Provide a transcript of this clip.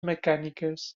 mecàniques